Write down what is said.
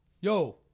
Yo